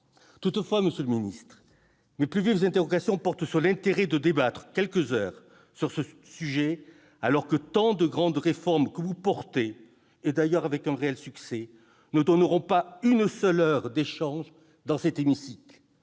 Toutefois, monsieur le ministre, mes plus vives interrogations portent sur l'intérêt de débattre quelques heures sur ce sujet alors que tant de grandes réformes que vous portez, avec un réel succès d'ailleurs, ne donneront pas lieu à une seule heure d'échanges dans cet hémicycle.